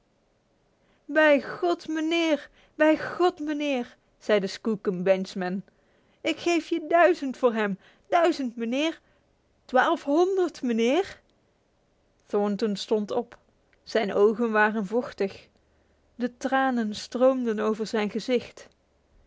bij god meneer bij god meneer zei de skookum benchman ik geef je duizend voor hem duizend meneer twaalfhonderd meneer thornton stond op zijn ogen waren vochtig de tranen stroomden over zijn gezicht